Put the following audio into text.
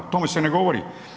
O tome se ne govori.